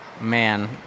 man